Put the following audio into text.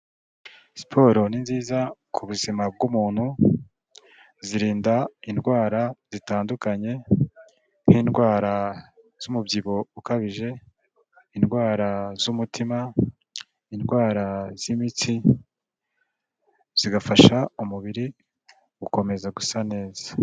Siporo ni nziza ku buzima bw'umuntu, zirinda indwara zitandukanye, nk'indwara z'umubyibuho ukabije, indwara z'umutuma, indwara z'imitsi, zigafasha umubiri gukomeza gusa neza.